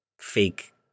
fake